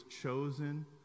chosen